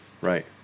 right